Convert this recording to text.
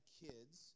kids